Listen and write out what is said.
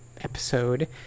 episode